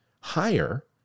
higher